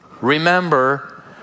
Remember